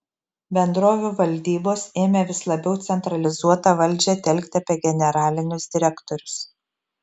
bendrovių valdybos ėmė vis labiau centralizuotą valdžią telkti apie generalinius direktorius